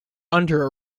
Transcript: under